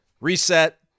Reset